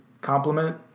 complement